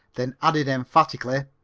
then added emphatically,